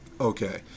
Okay